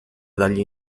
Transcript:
dagli